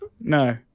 No